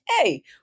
hey